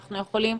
אנחנו יכולים